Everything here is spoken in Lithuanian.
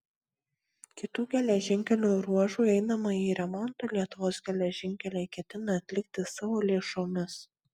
kitų geležinkelio ruožų einamąjį remontą lietuvos geležinkeliai ketina atlikti savo lėšomis